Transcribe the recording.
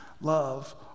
Love